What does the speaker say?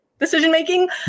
decision-making